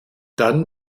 dann